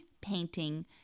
painting